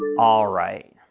all right.